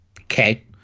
Okay